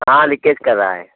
हाँ लीकेज कर रहा है